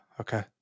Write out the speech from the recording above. okay